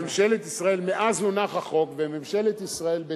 וממשלת ישראל,